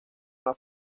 una